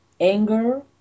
anger